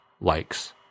likes